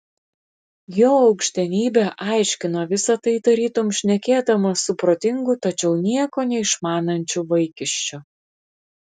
jo aukštenybė aiškino visa tai tarytum šnekėdamas su protingu tačiau nieko neišmanančiu vaikiščiu